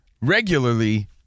regularly